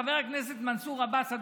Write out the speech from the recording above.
חבר הכנסת מנסור עבאס,